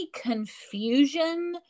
confusion